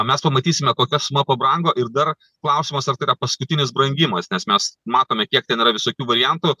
mes pamatysime kokia suma pabrango ir dar klausimas ar tai yra paskutinis brangimas nes mes matome kiek ten yra visokių variantų